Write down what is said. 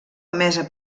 emesa